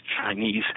Chinese